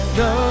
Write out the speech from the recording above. no